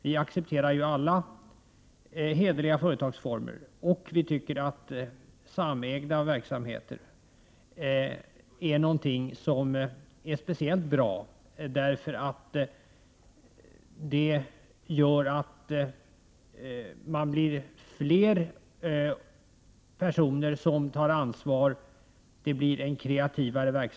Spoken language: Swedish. Vi accepterar ju alla hederliga företagsformer, och vi anser att samägda verksamheter är speciellt bra, eftersom det är fler personer som tar ansvar och verksamheten blir kreativare.